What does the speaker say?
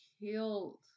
killed